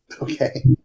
Okay